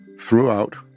throughout